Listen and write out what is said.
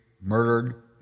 murdered